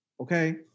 okay